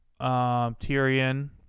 Tyrion